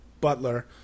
butler